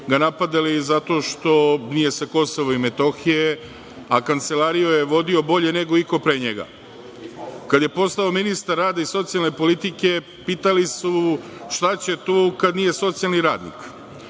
ga napadali zato što nije sa KiM, a Kancelariju je vodio bolje nego iko pre njega. Kada je postao ministar rada i socijalne politike, pitali su šta će tu kada nije socijalni radnik,